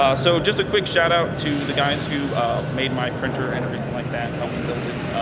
um so just a quick shout-out to the guys who made my printer and everything like that, and helped me build it,